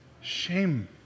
shame